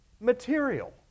material